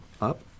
up